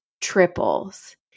triples